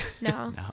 No